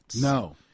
No